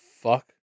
fuck